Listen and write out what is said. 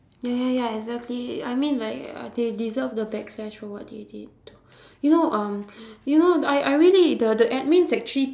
ya ya ya exactly I mean like uh they deserve the backlash for what they did to you know um you know I I really the the admins actually